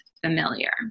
familiar